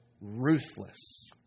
ruthless